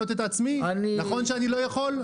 נכון שאני לא יכול?